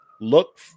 look